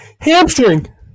hamstring